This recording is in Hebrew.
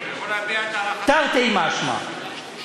תרתי משמע,